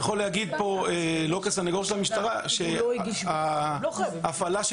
אני לא סנגור של המשטרה אבל אני יכול להגיד שהפעלה של